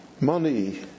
money